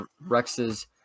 Rex's